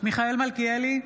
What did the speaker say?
מיכאל מלכיאלי,